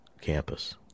campus